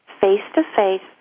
face-to-face